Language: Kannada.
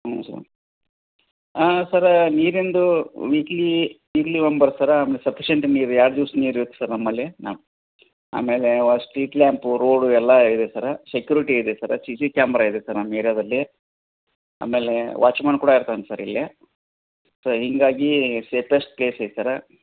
ಹ್ಞೂ ಸರ್ ಸರ್ ನೀರಿಂದು ವೀಕ್ಲಿ ವೀಕ್ಲಿ ಒಂದು ಬರತ್ತೆ ಸರ್ ಆಮೇಲೆ ಸಪಿಶಿಯೆಂಟ್ ನೀರು ಎರ್ಡು ದಿವ್ಸ ನೀರು ಇರುತ್ತೆ ಸರ್ ನಮ್ಮಲ್ಲಿ ಆಮೇಲೇ ಸ್ಟ್ರೀಟ್ ಲ್ಯಾಂಪು ರೋಡು ಎಲ್ಲ ಇದೆ ಸರ್ ಸೆಕ್ಯುರಿಟಿ ಇದೆ ಸರ್ ಸಿಸಿ ಕ್ಯಾಮ್ರ ಇದೆ ಸರ್ ನಮ್ಮ ಏರ್ಯಾದಲ್ಲಿ ಆಮೇಲೆ ವಾಚ್ಮ್ಯಾನ್ ಕೂಡ ಇರ್ತಾನೆ ಸರ್ ಇಲ್ಲಿ ಸೊ ಹೀಗಾಗಿ ಸೇಪೆಸ್ಟ್ ಪ್ಲೇಸ್ ಐತಿ ಸರ್